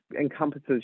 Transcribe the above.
encompasses